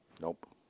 Nope